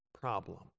problem